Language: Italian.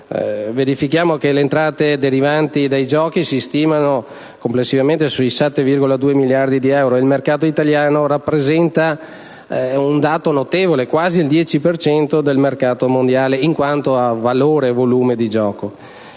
verifichiamo che le entrate derivanti dai giochi si stimano complessivamente sui 7,2 miliardi di euro. Il mercato italiano rappresenta un dato notevole, ossia quasi il 10 per cento del mercato mondiale in quanto a valore e volume di gioco.